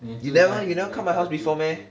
you never you never come my house before meh